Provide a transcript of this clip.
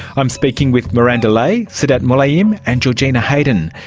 i'm speaking with miranda lai, sedat mulayim, and georgina heydon.